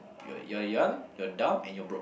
you're you're young you're dumb and you're broke